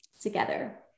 together